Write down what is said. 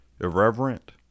irreverent